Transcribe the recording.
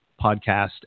podcast